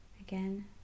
Again